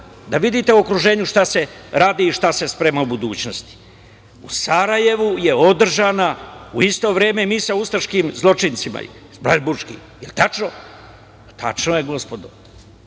da vidite u okruženju šta se radi i šta se sprema u budućnosti. U Sarajevu je održana, u isto vreme mi sa ustaškim zločincima. Da li je tačno? Tačno je, gospodo.